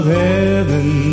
heaven